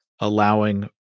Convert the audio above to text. allowing